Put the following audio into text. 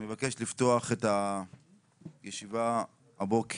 אני מבקש לפתוח את הישיבה הבוקר,